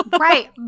Right